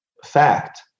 Fact